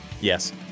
yes